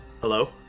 Hello